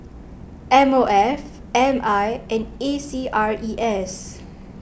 M O F M I and A C R E S